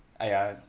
!aiya!